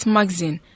Magazine